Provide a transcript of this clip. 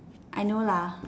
I know lah